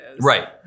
Right